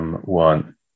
One